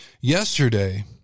Yesterday